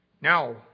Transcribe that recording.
Now